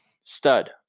stud